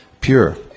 pure